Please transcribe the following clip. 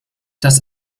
das